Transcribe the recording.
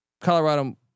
Colorado